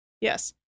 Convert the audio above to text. Yes